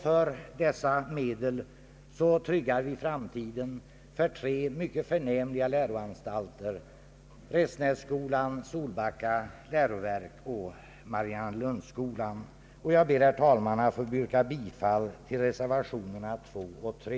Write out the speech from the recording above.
För dessa medel tryggar vi framtiden för tre mycket förnämliga läroanstalter, nämligen Restenässkolan, Solbacka läroverk och Mariannelundsskolan. Jag ber, herr talman, att få yrka bifall till reservationerna 2 och 3.